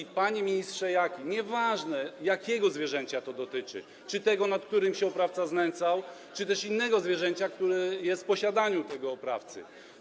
I, panie ministrze Jaki, nie jest ważne, jakiego zwierzęcia to dotyczy, czy tego, nad którym się oprawca znęcał, czy też innego zwierzęcia, które jest w posiadaniu tego oprawcy.